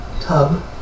tub